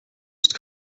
ist